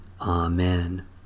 Amen